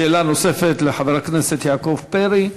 שאלה נוספת לחבר הכנסת יעקב פרי,